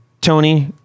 Tony